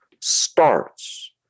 starts